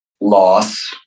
loss